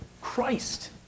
Christ